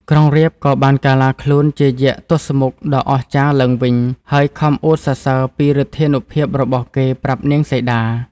ក្រុងរាពណ៍ ក៏បានកាឡាខ្លួនជា យក្សទសមុខដ៏អស្ចារ្យឡើងវិញ ហើយខំអួតសរសើរពីឫទ្ធានុភាពរបស់គេ ប្រាប់នាងសីតា។